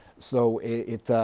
so it's,